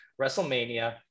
WrestleMania